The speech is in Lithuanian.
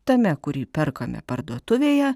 tame kurį perkame parduotuvėje